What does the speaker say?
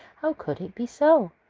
how could it be so?